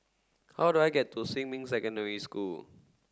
how do I get to Xinmin Secondary School